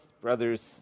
brother's